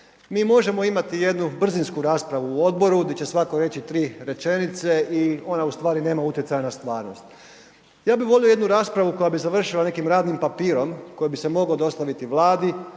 Mi možemo imati jednu brzinsku raspravu u odboru di će svatko reći 3 rečenice i ona u stvari nema utjecaja na stvarnost. Ja bi volio jednu raspravu koja bi završila nekim radnim papirom koji bi se mogao dostaviti Vladi,